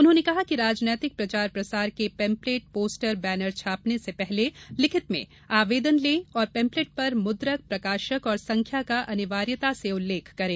उन्होंने कहा कि राजनैतिक प्रचार प्रसार के पम्पलेट पोस्टर बैनर छापने के पूर्व लिखित में आवेदन लें और पम्पलेट पर मुद्रक प्रकाशक और संख्या का अनिवार्यता से उल्लेख करें